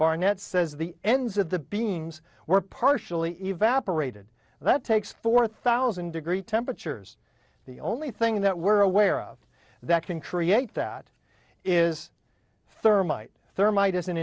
barnett says the ends of the beams were partially evaporated that takes four thousand degree temperatures the only thing that we're aware of that can create that is thermite thermite